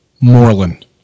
Moreland